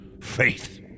faith